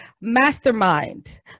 mastermind